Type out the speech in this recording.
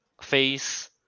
face